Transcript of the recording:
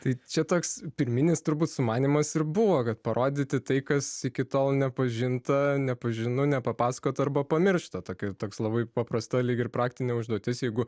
tai čia toks pirminis turbūt sumanymas ir buvo kad parodyti tai kas iki to nepažinta nepažinu nepapasakota arba pamiršta tokia toks labai paprasta lyg ir praktinė užduotis jeigu